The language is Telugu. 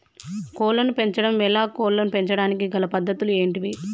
కోళ్లను పెంచడం ఎలా, కోళ్లను పెంచడానికి గల పద్ధతులు ఏంటివి?